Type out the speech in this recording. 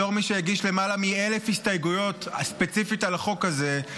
בתור מי שהגיש למעלה מ-1,000 הסתייגויות ספציפית על החוק הזה,